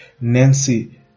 Nancy